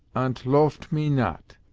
ant loaft me not.